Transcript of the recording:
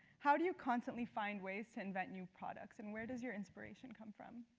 how do you constantly find ways to invent new products and where does your inspiration come from?